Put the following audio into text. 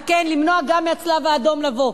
וכן, למנוע גם מהצלב-האדום לבוא.